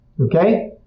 Okay